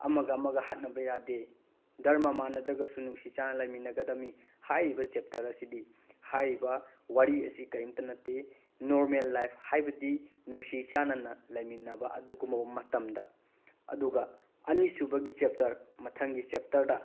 ꯑꯃꯒ ꯑꯃꯒ ꯍꯥꯠꯅꯕ ꯌꯥꯗꯦ ꯙꯔꯃ ꯃꯥꯟꯅꯗ꯭ꯔꯒꯁꯨ ꯅꯨꯡꯁꯤ ꯆꯥꯟꯅꯅ ꯂꯩꯃꯤꯟꯅꯒꯗꯃꯤ ꯍꯥꯏꯔꯤꯕ ꯆꯦꯞꯇꯔ ꯑꯁꯤꯗꯤ ꯍꯥꯏꯔꯤꯕ ꯋꯥꯔꯤ ꯑꯁꯤ ꯀꯔꯤꯝꯇ ꯅꯠꯇꯦ ꯅꯣꯔꯃꯦꯜ ꯂꯥꯏꯐ ꯍꯥꯏꯕꯗꯤ ꯅꯨꯡꯁꯤ ꯆꯥꯟꯅꯅ ꯂꯩꯃꯤꯟꯅꯕ ꯑꯗꯨꯒꯨꯝꯂꯕ ꯃꯇꯝꯗ ꯑꯗꯨꯒ ꯑꯅꯤꯁꯨꯕꯒꯤ ꯆꯦꯞꯇꯔ ꯃꯊꯪꯒꯤ ꯆꯦꯞꯇꯔꯗ